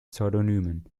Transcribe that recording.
pseudonymen